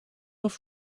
off